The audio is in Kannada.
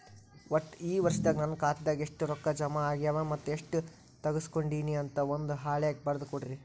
ಒಟ್ಟ ಈ ವರ್ಷದಾಗ ನನ್ನ ಖಾತೆದಾಗ ಎಷ್ಟ ರೊಕ್ಕ ಜಮಾ ಆಗ್ಯಾವ ಮತ್ತ ಎಷ್ಟ ತಗಸ್ಕೊಂಡೇನಿ ಅಂತ ಒಂದ್ ಹಾಳ್ಯಾಗ ಬರದ ಕೊಡ್ರಿ